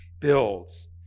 builds